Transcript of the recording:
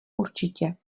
určitě